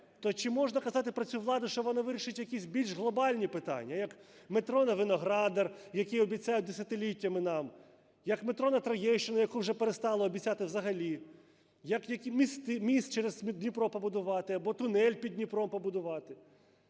то чи можна казати про цю владу, що вона вирішить якісь більш глобальні питання, як метро на Виноградар, яке обіцяють десятиліттями нам, як метро на Троєщину, яке вже перестали обіцяти взагалі, як і міст через Дніпро побудувати, або тунель під Дніпром побудувати.